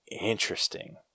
interesting